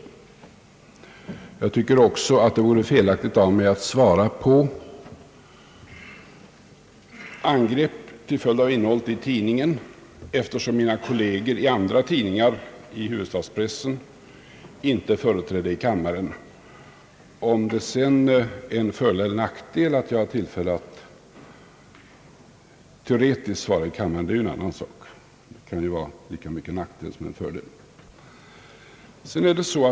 Jag anser det även vara felaktigt av mig att svara på angrepp till följd av innehållet i en tidning, eftersom mina kolleger i andra tidningar i huvudstadspressen inte är företrädda i kammaren. Om det sedan är en fördel eller en nackdel att jag teoretiskt har tillfälle att svara i kammaren är en annan sak. Det kan vara lika mycket en nackdel som en fördel.